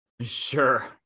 Sure